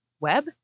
web